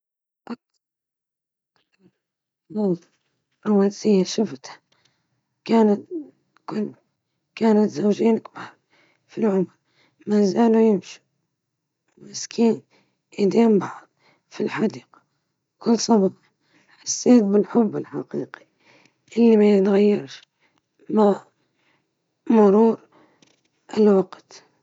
أكثر شيء رومانسي رأيته كان في إحدى العطلات الصيفية، حين رأيت زوجين يتبادلان النظرات أثناء المشي على الشاطئ في غروب الشمس.